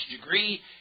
degree